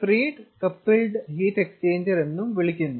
ഇതിനെ freed coupled heat exchanger എന്നും വിളിക്കുന്നു